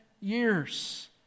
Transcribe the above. years